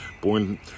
Born